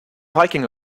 hiking